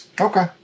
Okay